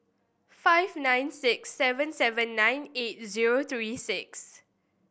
five nine six seven seven nine eight zero three six